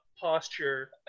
posture